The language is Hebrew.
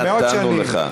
נתנו לך.